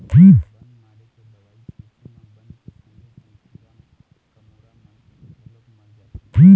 बन मारे के दवई छिंचे म बन के संगे संग कीरा कमोरा मन घलोक मर जाथें